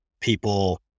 people